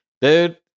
Dude